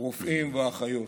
רופאים ואחיות.